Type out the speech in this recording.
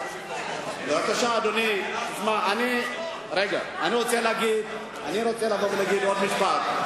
אני רוצה לבוא ולהגיד עוד משפט.